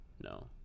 No